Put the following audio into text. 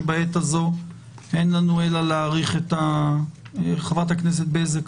שבעת הזו אין לנו אלא להאריך חברת הכנסת בזק,